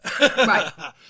Right